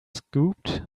scooped